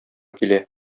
килә